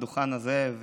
על הדוכן הזה,